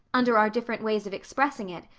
under our different ways of expressing it,